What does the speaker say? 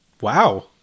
Wow